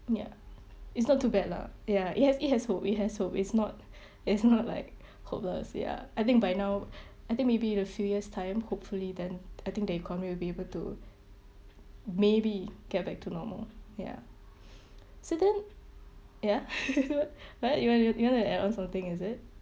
ya it's not too bad lah ya it has it has hope it has hope it's not it's not like hopeless ya I think by now I think maybe in a few years time hopefully then I think the economy will be able to maybe get back to normal ya so then ya what you want you wanna add on something is it